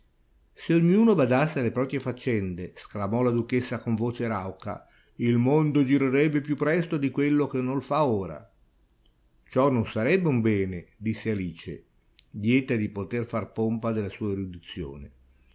se ognuno badasse alle proprie faccende sclamò la duchessa con voce rauca il mondo girerebbe più presto di quello che nol fa ora ciò non sarebbe un bene disse alice lieta di poter far pompa della sua erudizione